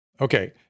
Okay